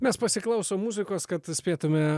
mes pasiklausom muzikos kad spėtume